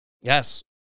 Yes